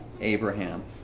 Abraham